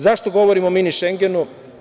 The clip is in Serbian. Zašto govorim o Mini šengenu?